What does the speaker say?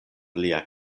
lia